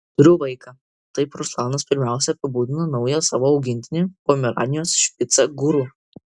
turiu vaiką taip ruslanas pirmiausia apibūdina naują savo augintinį pomeranijos špicą guru